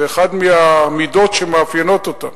זו אחת המידות שמאפיינות אותם.